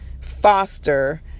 foster